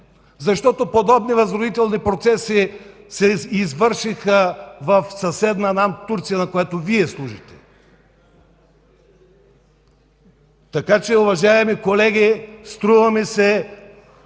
защото подобни възродителни процеси се извършиха в съседна нам Турция, на която Вие служите. Уважаеми колеги, струва ми се,